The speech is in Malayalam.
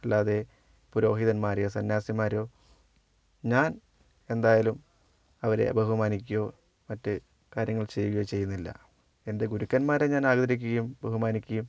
അല്ലാതെ പുരോഹിതന്മാരെയോ സന്യാസിമാരെയോ ഞാൻ എന്തായാലും അവരെ ബഹുമാനിക്കുകയോ മറ്റ് കാര്യങ്ങൾ ചെയ്യുകയോ ചെയ്യുന്നില്ല എൻ്റെ ഗുരുക്കന്മാരെ ഞാൻ ആദരിക്കുകയും ബഹുമാനിക്കുകയും